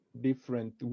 different